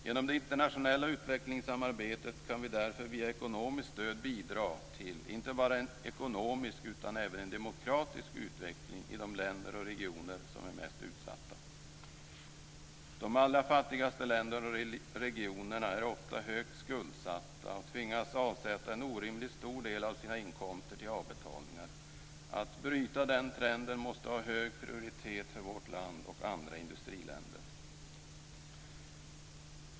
Genom det internationella utvecklingssamarbetet kan vi därför via ekonomiskt stöd bidra till inte bara en ekonomisk utan även en demokratisk utveckling i de länder och regioner som är mest utsatta. De allra fattigaste länderna och regionerna är ofta högt skuldsatta och tvingas avsätta en orimligt stor del av sina inkomster till avbetalningar. Att bryta den trenden måste ha hög prioritet för vårt land och andra industriländer.